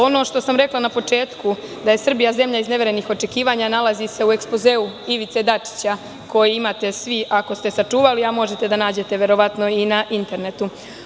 Ono što sam rekla na početku, da je Srbija izneverenih očekivanja nalazi se u ekspozeu Ivice Dačića, koji imate svi ako ste sačuvali, a možete da nađete verovatno i na internetu.